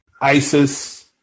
Isis